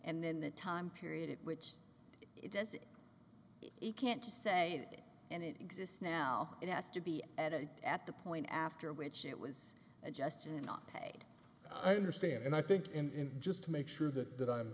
and then the time period at which it does it it can't just say it and it exists now it has to be edited at the point after which it was adjusted and not paid i understand and i think in just to make sure that that i'm